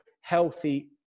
healthy